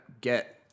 get